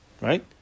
Right